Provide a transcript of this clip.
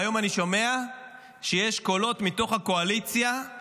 והיום אני שומע שיש קולות מתוך הקואליציה,